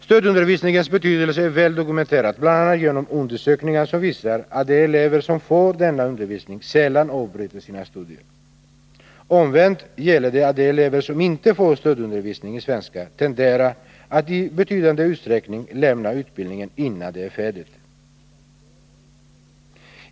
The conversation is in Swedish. Stödundervisningens betydelse är väl dokumenterad, bl.a. genom undersökningar som visar att de elever som får denna undervisning sällan avbryter sina studier. Omvänt gäller att de elever som inte får stödundervisning i svenska tenderar att i betydande utsträckning lämna utbildningen innan den är färdig.